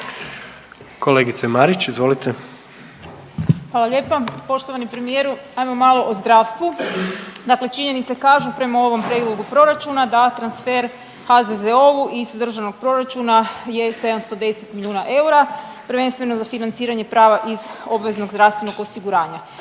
**Marić, Andreja (SDP)** Hvala lijepa. Poštovani premijeru hajmo malo o zdravstvu. Dakle, činjenice kažu prema ovom prijedlogu proračuna da transfer HZZO-u iz državnog proračuna je 710 milijuna eura prvenstveno za financiranje prava iz obveznog zdravstvenog osiguranja.